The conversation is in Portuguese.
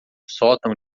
sótão